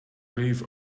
grieve